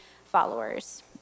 followers